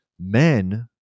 men